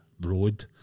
road